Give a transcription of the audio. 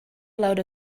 load